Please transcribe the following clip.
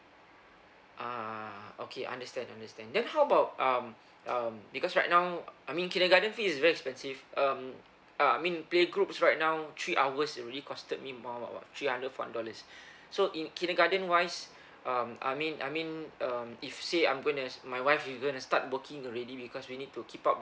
ah okay understand understand then how about um um because right now I mean kindergarten fees is very expensive um ah I mean playgroups right now three hours already costed me more about three hundred four hundred dollars so in kindergarten wise um I mean I mean um if say I'm going my wife she's gonna to start working already because we need to keep up